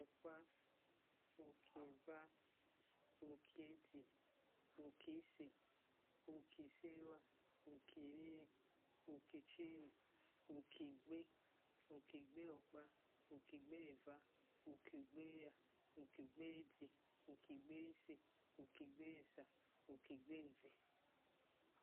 Okpa, ukiera, uki egie, uki ise, uki serue, uki ere, uki ichiri, uki igbe, uki igberokpa, uki igbereua, uku igbere era, uki igbere edie, uki egberi ise, uki igbere esa, uki igberi igbe